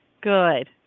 Good